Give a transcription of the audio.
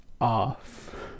off